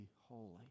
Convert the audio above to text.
holy